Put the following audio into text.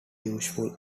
useful